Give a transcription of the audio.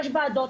יש וועדות,